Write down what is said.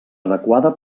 adequada